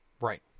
Right